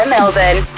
Melbourne